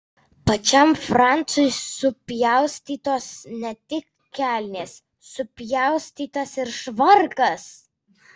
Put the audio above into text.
pačiam francui supjaustytos ne tik kelnės supjaustytas ir švarkas